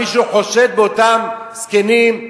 מישהו חושד באותם זקנים,